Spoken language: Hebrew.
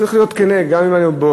צריך להיות כן, גם אם אני באופוזיציה,